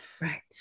Right